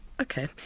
Okay